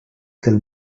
del